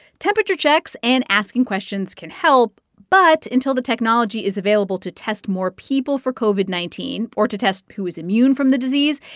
temperature checks and asking questions can help. but until the technology is available to test more people for covid nineteen or to test who is immune from the disease,